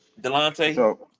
Delonte